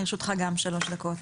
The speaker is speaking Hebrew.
לרשותך גם שלוש דקות.